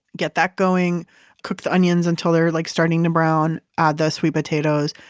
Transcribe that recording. get that going cook the onions until they're like starting to brown. add the sweet potatoes.